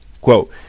quote